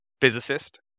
physicist